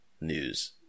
news